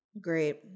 Great